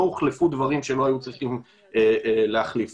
הוחלפו דברים שלא היו צריכים להחליף אותם.